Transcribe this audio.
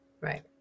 Right